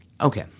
okay